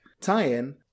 tie-in